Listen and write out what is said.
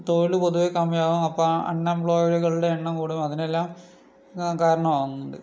തൊഴില് പൊതുവെ കമ്മിയാകും അപ്പം അൺഎംപ്ലോയിടുകളുടെ എണ്ണം കൂടും അതെല്ലം കാരണം ആകുന്നുണ്ട്